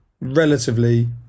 Relatively